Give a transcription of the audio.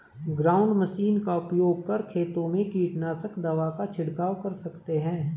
ground machine का उपयोग कर खेतों में कीटनाशक दवा का झिड़काव कर सकते है